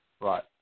Right